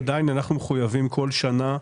עדיין אנחנו מחויבים כל שנה,